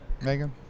Megan